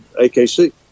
AKC